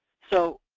so,